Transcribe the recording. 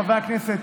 חברי הכנסת,